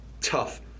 Tough